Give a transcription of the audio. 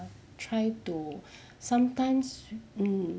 try to sometimes mm